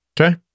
Okay